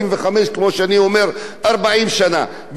בן-אדם שהתחיל בגיל 18-17,